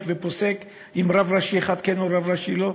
ופוסק אם רב ראשי אחד כן ורב ראשי אחד לא?